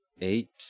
eight